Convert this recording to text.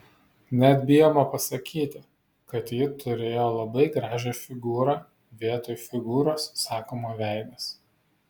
net bijoma pasakyti kad ji turėjo labai gražią figūrą vietoj figūros sakoma veidas